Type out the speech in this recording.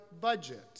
budget